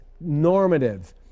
normative